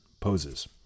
poses